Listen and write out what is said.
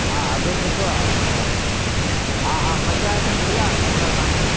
हा अघि सुठो आहे बसि हा हा पंज आइटम थी विया टोटल तव्हांजा